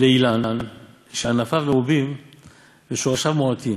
"לאילן שענפיו מרובין ושורשיו מועטין,